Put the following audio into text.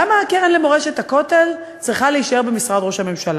למה הקרן למורשת הכותל צריכה להישאר במשרד ראש הממשלה?